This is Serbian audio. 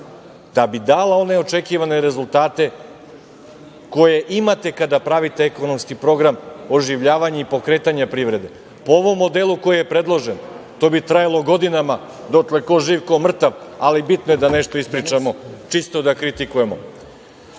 da bi dala one očekivane rezultate koje imate kada pravite ekonomski program oživljavanja i pokretanja privrede. Po ovom modelu koji je predložen to bi trajalo godinama, dotle ko živ, ko mrtav, ali bitno je da nešto ispričamo, čisto da kritikujemo. Od